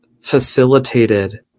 facilitated